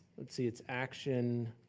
let's see, it's action